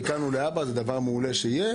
זה מכאן ולהבא, זה דבר מעולה שיהיה.